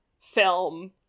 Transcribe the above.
film